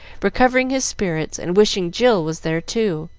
recovering his spirits, and wishing jill was there too.